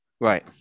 Right